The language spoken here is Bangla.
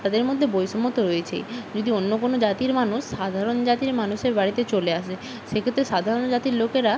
তাদের মধ্যে বৈষম্য তো রয়েছেই যদি অন্য কোনো জাতির মানুষ সাধারণ জাতির মানুষের বাড়িতে চলে আসে সেক্ষেত্রে সাধারণ জাতির লোকেরা